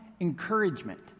encouragement